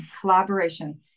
collaboration